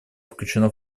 включено